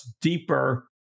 deeper